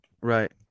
right